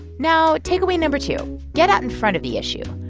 now takeaway number two get out in front of the issue.